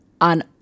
on